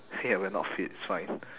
hey we are not fit it's fine